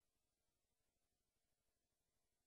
החוק הזה הוא לא משהו טכני,